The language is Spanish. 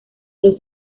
los